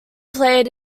played